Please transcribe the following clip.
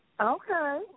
Okay